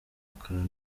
akantu